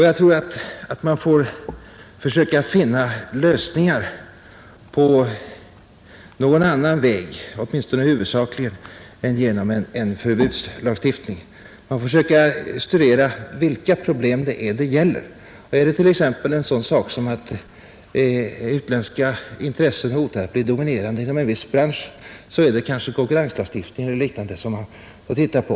Jag tror att man får försöka finna lösningar på någon annan väg, åtminstone huvudsakligen, än med förbudslagstiftning. Man får försöka studera vilka problem det gäller. Om t.ex. utländska intressen hotar att bli dominerande inom en viss bransch, är det kanske konkurrenslagstiftningen som man får se på.